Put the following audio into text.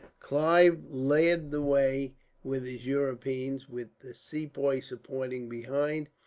clive led the way with his europeans, with the sepoys supporting behind,